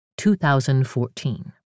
2014